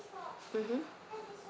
mmhmm